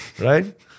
right